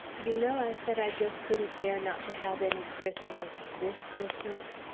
you know i said i just couldn't bear not to have any christmas this christmas?